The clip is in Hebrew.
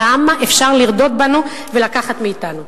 כמה אפשר לרדות בנו ולקחת מאתנו.